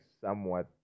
somewhat